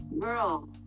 girl